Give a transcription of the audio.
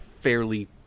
fairly